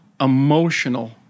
emotional